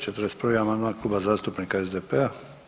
41. amandman Kluba zastupnika SDP-a.